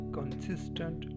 consistent